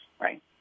right